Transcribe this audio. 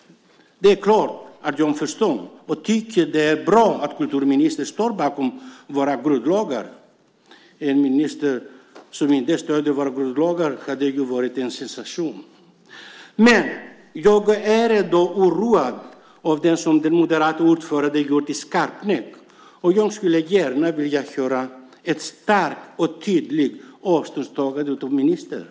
Det är klart att jag förstår och tycker att det är bra att kulturministern står bakom våra grundlagar. En minister som inte stöder våra grundlagar hade ju varit en sensation! Jag är oroad av det som den moderata ordföranden har gjort i Skarpnäck. Jag skulle gärna vilja höra ett starkt och tydligt avståndstagande från ministern.